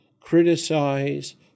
criticize